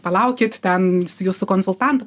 palaukit ten jūsų konsultantu